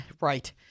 Right